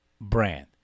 brand